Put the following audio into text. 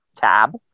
tab